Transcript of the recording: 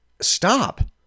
Stop